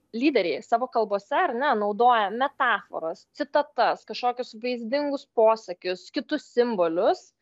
lyderiai savo kalbose ar ne naudoja metaforas citatas kažkokius vaizdingus posakius kitus simbolius